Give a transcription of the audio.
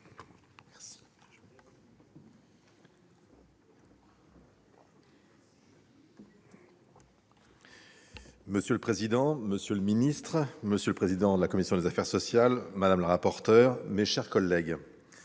Monsieur le président, monsieur le secrétaire d'État, monsieur le président de la commission des affaires sociales, madame la rapporteur, mes chers collègues,